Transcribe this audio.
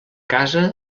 casa